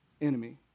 enemy